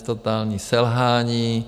Totální selhání.